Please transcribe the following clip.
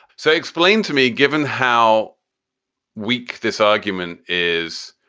so explain to me, given how weak this argument is,